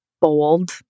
bold